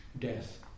death